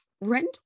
rent